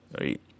right